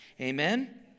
Amen